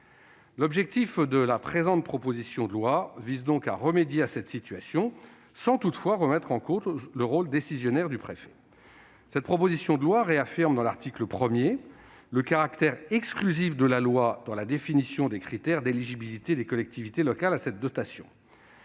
L'objectif de cette proposition de loi vise donc à remédier à cette situation, sans toutefois remettre en cause le rôle décisionnaire du préfet. Elle tend à réaffirmer dans son article 1 le caractère exclusif de la loi dans la définition des critères d'éligibilité des collectivités locales à cette dotation.